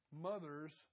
mother's